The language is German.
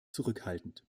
zurückhaltend